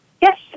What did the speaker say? Yes